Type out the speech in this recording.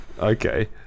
okay